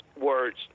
words